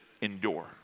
endure